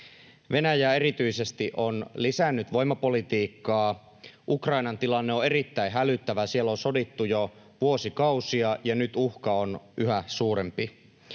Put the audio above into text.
Venäjä erityisesti on lisännyt voimapolitiikkaa. Ukrainan tilanne on erittäin hälyttävä. Siellä on sodittu jo vuosikausia, ja nyt uhka on yhä suurempi.